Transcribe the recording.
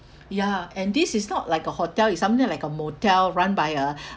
ya and this is not like a hotel it's something like a motel run by a